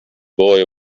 boy